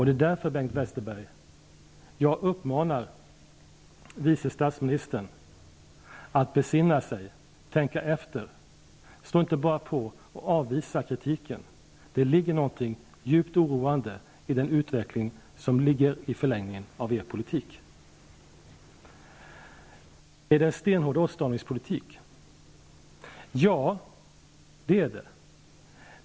Det är därför som jag uppmanar vice statsministern att besinna sig. Tänk efter, stå inte bara på och avvisa kritiken! Det är någonting djupt oroande i den utveckling som ligger i förlängningen av er politik. Är det en stenhård åtstramningspolitik? Ja, det är det.